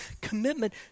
commitment